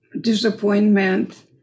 disappointment